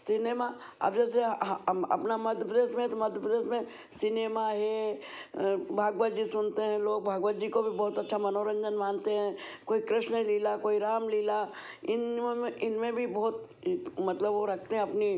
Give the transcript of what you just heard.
cinema अब जैसे हम अपना मध्य प्रदेश में तो मध्य प्रदेश में सिनेमा हे भागवत जी सुनते हैं लोग भागवत जी को भी बहुत अच्छा मनोरंजन मानते हैं कोई कृष्ण लीला कोई राम लीला इन में इनमें भी बहुत मतलब वो रखते अपनी